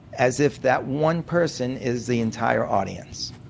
as if that one person is the entire audience.